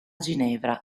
ginevra